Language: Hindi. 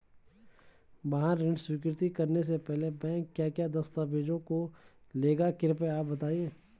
वाहन ऋण स्वीकृति करने से पहले बैंक क्या क्या दस्तावेज़ों को लेगा कृपया आप बताएँगे?